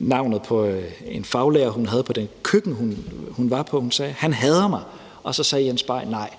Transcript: navnet på en faglærer, hun havde på det køkken, hun var på, og sagde: Han hader mig. Og så sagde Jens Bay: Nej,